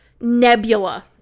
nebula